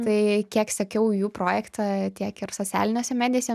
tai kiek sekiau jų projektą tiek ir socialinėse medijose